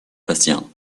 bastien